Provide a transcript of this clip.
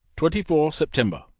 twenty four september.